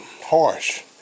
harsh